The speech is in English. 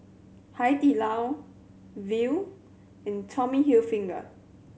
Hai Di Lao Viu and Tommy Hilfiger